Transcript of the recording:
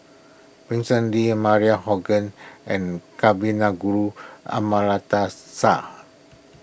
Vincent Lee Maria and Kavignareru Amallathasan